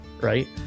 right